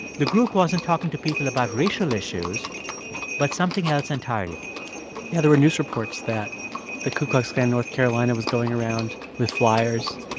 the group wasn't talking to people about racial issues but something else entirely yeah. there were news reports that the ku klux klan north carolina was going around with fliers